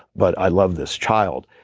but i love this child.